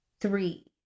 three